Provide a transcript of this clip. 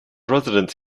residents